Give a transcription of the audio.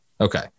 Okay